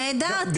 נהדר,